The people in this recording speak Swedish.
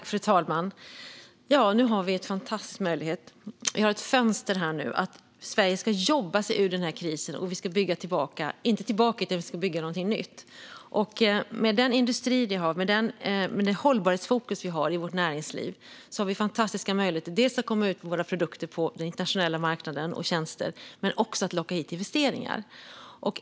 Fru talman! Nu har vi en fantastisk möjlighet - ett fönster. Sverige ska jobba sig ur krisen och bygga något nytt. Med den industri vi har och det hållbarhetsfokus som finns i vårt näringsliv har vi fantastiska möjligheter att dels komma ut med våra produkter och tjänster på den internationella marknaden, dels locka hit investeringar.